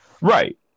Right